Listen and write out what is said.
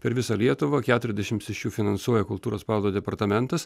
per visą lietuvą keturiasdešimts iš jų finansuoja kultūros paveldo departamentas